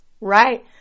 right